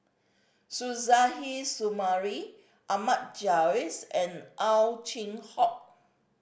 Suzairhe Sumari Ahmad Jais and Ow Chin Hock